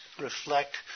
reflect